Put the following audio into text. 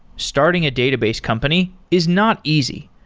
starting a database company is not easy,